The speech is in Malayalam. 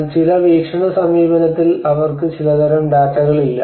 എന്നാൽ ചില വീക്ഷണ സമീപനത്തിൽ അവർക്ക് ചിലതരം ഡാറ്റകളില്ല